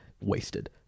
wasted